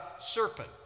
serpent